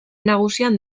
nagusian